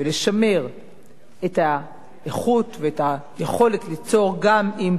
את האיכות ואת היכולת ליצור גם אם במחיר של התערבות